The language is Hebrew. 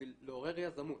בשביל לעורר יזמות,